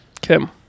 Kim